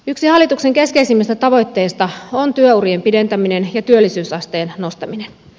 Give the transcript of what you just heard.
yksi hallituksen keskeisimmistä tavoitteista on työurien pidentäminen ja työllisyysasteen nostaminen